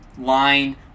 line